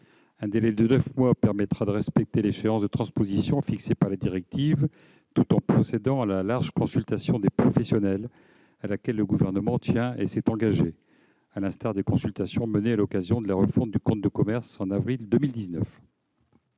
Un délai de neuf mois permettra de respecter l'échéance de transposition fixée par la directive, tout en procédant à une large consultation des professionnels, à laquelle le Gouvernement tient et s'est engagé, à l'instar des consultations menées à l'occasion de la refonte du compte de commerce en avril 2019.